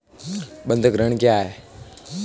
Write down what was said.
बंधक ऋण क्या है?